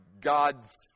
God's